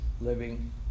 living